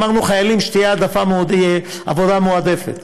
אמרנו שלחיילים זו תהיה עבודה מועדפת.